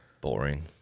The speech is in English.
Boring